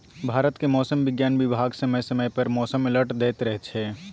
भारतक मौसम बिज्ञान बिभाग समय समय पर मौसम अलर्ट दैत रहै छै